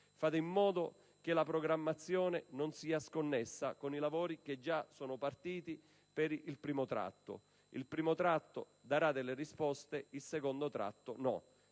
Fate in modo che la programmazione non sia sconnessa, con i lavori già partiti per la prima tratta. La prima tratta darà delle risposte, la seconda no.